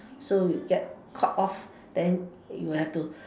so you get caught off then you'll have to